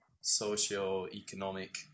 socio-economic